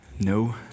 No